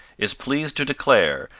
is pleased to declare,